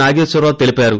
నాగేశ్వరరావు తెలిపారు